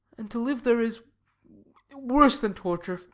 and to live there is worse than torture.